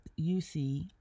UC